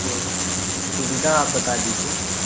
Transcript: तो सुविधा आप बता दीजिए